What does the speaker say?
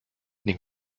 ning